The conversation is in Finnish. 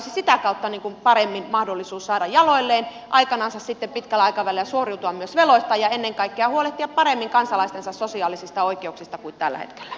sitä kautta olisi paremmin mahdollisuus saada se jaloilleen ja aikanansa sitten pitkällä aikavälillä sen olisi mahdollista suoriutua myös veloistaan ja ennen kaikkea huolehtia kansalaistensa sosiaalisista oikeuksista paremmin kuin tällä hetkellä